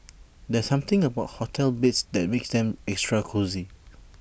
there's something about hotel beds that makes them extra cosy